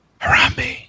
Harambe